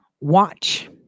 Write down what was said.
watch